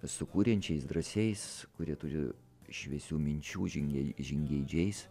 su kuriančiais drąsiais kurie turi šviesių minčių žingei žingeidžiais